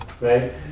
right